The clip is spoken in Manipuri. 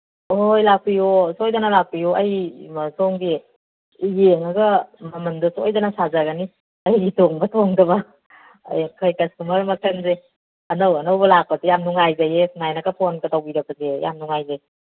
ꯍꯣ ꯍꯣ ꯍꯣꯏ ꯂꯥꯛꯄꯤꯌꯣ ꯁꯣꯏꯗꯅ ꯂꯥꯛꯄꯤꯌꯣ ꯑꯩ ꯁꯣꯝꯒꯤ ꯌꯦꯡꯉꯒ ꯃꯃꯜꯗꯣ ꯁꯣꯏꯗꯅ ꯁꯥꯖꯒꯅꯤ ꯑꯩꯒꯤ ꯇꯣꯡꯕ ꯇꯣꯡꯗꯕ ꯍꯌꯦꯡ ꯀꯁꯇꯃꯔ ꯃꯈꯜꯁꯦ ꯑꯅꯧ ꯑꯅꯧꯕ ꯂꯥꯛꯄꯁꯤ ꯌꯥꯝ ꯅꯨꯡꯉꯥꯏꯖꯩꯌꯦ ꯁꯨꯃꯥꯏꯅ ꯐꯣꯟꯒ ꯇꯧꯕꯤꯔꯛꯄꯁꯦ ꯌꯥꯝ ꯅꯨꯡꯉꯥꯏꯖꯩ